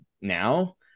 now